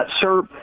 Sir